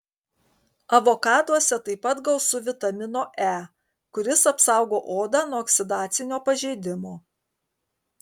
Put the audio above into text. avokaduose taip pat gausu vitamino e kuris apsaugo odą nuo oksidacinio pažeidimo